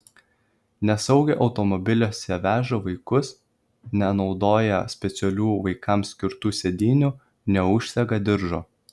nesaugiai automobiliuose veža vaikus nenaudoja specialių vaikams skirtų sėdynių neužsega diržo